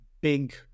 big